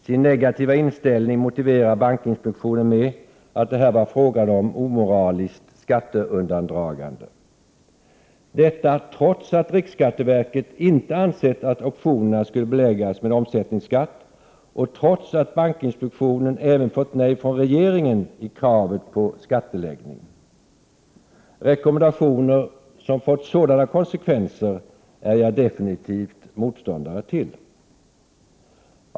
Sin negativa inställning motiverar bankinspektionen med att det här var fråga om omoraliskt skatteundandragande. Detta säger man trots att riksskatteverket inte ansett att optionerna skulle beläggas med omsättningskatt och trots att bankinspektionen även fått ett nej från regeringen till kravet på skatteläggning. Rekommendationer som fått sådana konsekvenser är jag definitivt motståndare till.